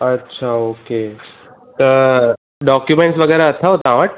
अछा ऑ के त डॉक्यूंमेंट वग़ैरह अथव तव्हां वटि